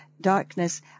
darkness